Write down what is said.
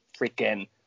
freaking